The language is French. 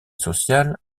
sociale